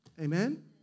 Amen